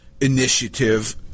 initiative